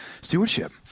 stewardship